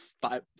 five